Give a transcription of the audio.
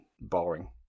boring